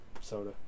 Soda